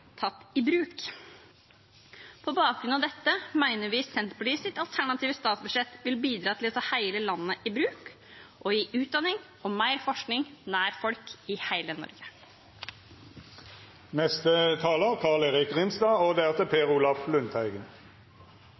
tatt i bruk. På bakgrunn av dette mener vi at Senterpartiets alternative statsbudsjett vil bidra til å ta hele landet i bruk og gi utdanning og mer forskning nær folk i